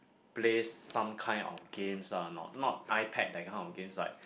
play some kind of games ah not not iPad that kind of games like